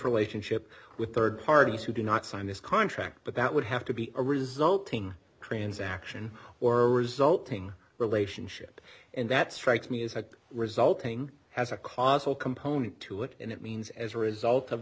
situation ship with rd parties who do not sign this contract but that would have to be a resulting transaction or resulting relationship and that strikes me as a resulting has a causal component to it and it means as a result of